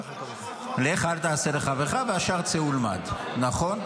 לך, אל תעשה לחברך, והשאר, צא ולמד, נכון?